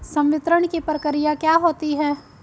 संवितरण की प्रक्रिया क्या होती है?